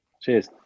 Cheers